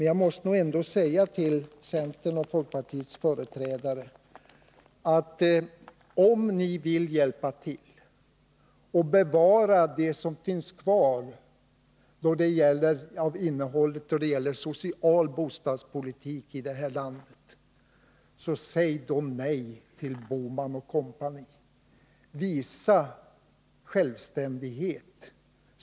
Jag måste nog säga till centerns och folkpartiets företrädare att om ni vill hjälpa till att bevara det som finns kvar av innehållet i social bostadspolitik i vårt land, så säg då nej till Bohman & Co! Visa självständighet!